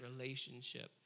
relationship